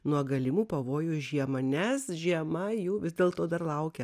nuo galimų pavojų žiemą nes žiema jų vis dėlto dar laukia